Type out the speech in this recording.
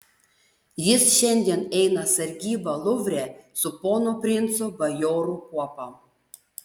jis šiandien eina sargybą luvre su pono princo bajorų kuopa